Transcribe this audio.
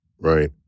Right